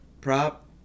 prop